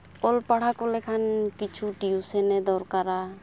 ᱚᱞ ᱯᱟᱲᱦᱟᱣ ᱠᱚ ᱞᱮᱠᱷᱟᱱ ᱠᱤᱪᱷᱩ ᱴᱤᱭᱩᱥᱤᱱᱤ ᱫᱚᱨᱠᱟᱨᱟ